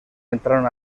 entraron